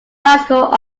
bicycle